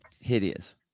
hideous